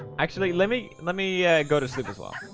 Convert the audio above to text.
actually. let me let me go to sleep as well